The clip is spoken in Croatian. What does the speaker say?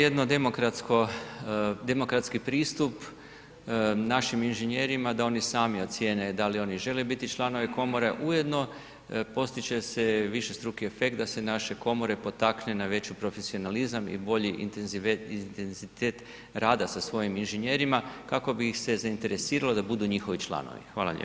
Dakle, to je jedno demokratsko, demokratski pristup našim inženjerima da oni sami ocijene da li oni žele biti članovi komore ujedno postić će se višestruki efekt da se naše komore potakne na veći profesionalizam i bolji intenzitet rada sa svojim inženjerima kako bi ih se zainteresiralo da budu njihovi članovi.